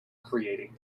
creating